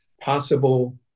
possible